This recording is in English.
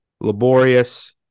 laborious